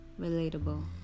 relatable